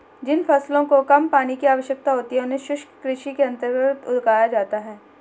जिन फसलों को कम पानी की आवश्यकता होती है उन्हें शुष्क कृषि के अंतर्गत उगाया जाता है